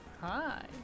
Hi